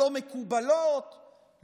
לא מקובלות,